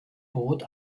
boot